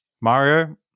Mario